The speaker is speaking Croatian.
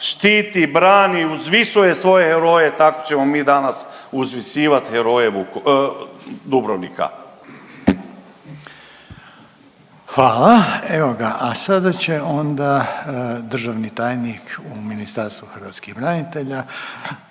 štiti i brani i uzvisuje svoje heroje, tako ćemo mi danas uzvisivat heroje Vuko…, Dubrovnika. **Reiner, Željko (HDZ)** Hvala. Evo ga, a sada će onda državni tajnik u Ministarstvu hrvatskih branitelja,